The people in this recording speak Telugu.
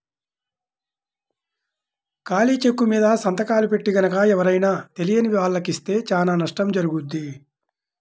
ఖాళీ చెక్కుమీద సంతకాలు పెట్టి గనక ఎవరైనా తెలియని వాళ్లకి ఇస్తే చానా నష్టం జరుగుద్ది